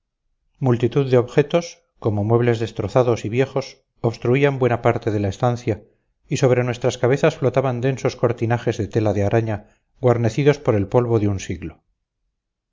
multitud de objetos como muebles destrozados y viejos obstruían buena parte de la estancia y sobre nuestras cabezas flotaban densos cortinajes de tela de araña guarnecidos por el polvo de un siglo